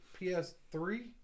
PS3